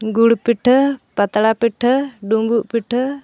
ᱜᱩᱲ ᱯᱤᱴᱷᱟᱹ ᱯᱟᱛᱲᱟ ᱯᱤᱴᱷᱟᱹ ᱰᱩᱸᱵᱩᱜ ᱯᱤᱴᱷᱟᱹ